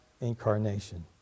incarnation